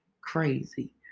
Crazy